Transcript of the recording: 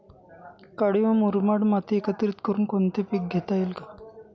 काळी व मुरमाड माती एकत्रित करुन कोणते पीक घेता येईल का?